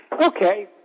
Okay